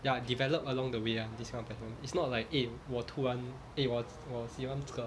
ya developed along the way [one] this one pattern it's not like eh 我突然 eh 我喜欢这个